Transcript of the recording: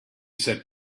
said